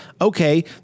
Okay